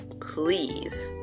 please